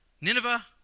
Nineveh